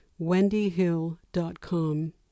wendyhill.com